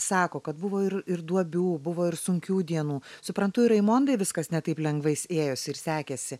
sako kad buvo ir ir duobių buvo ir sunkių dienų suprantu ir raimondai viskas ne taip lengvais ėjosi ir sekėsi